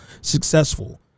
successful